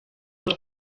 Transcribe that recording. bari